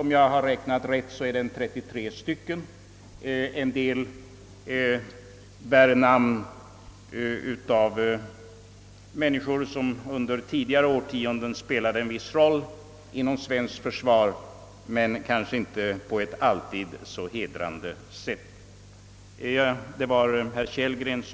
Om jag har räknat rätt uppgår de till 33 stycken, varav vissa bär namn av sådana personer, som under tidigare årtionden spelat en viss roll inom svenskt försvar, men kanske inte på ett alltid så hedrande sätt. Herr Kellgren